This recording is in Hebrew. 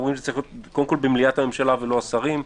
אנחנו אומרים שזה צריך להיות במליאת הממשלה ולא שני שרים.